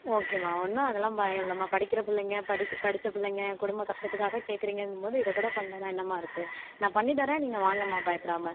ஓகேம்மா ஒன்றும் அதெல்லாம் பயம் இல்லைம்மா படிக்கிற பிள்ளைங்க படிக்கி படித்த பிள்ளைங்க குடும்ப கஷ்டத்துக்காக கேட்குறீங்கங்கும் போது இதை கூட பண்ணலன்னா என்னம்மா இருக்கு நான் பண்ணித்தரேன் நீங்கள் வாங்கம்மா பயப்புடாமல்